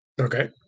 Okay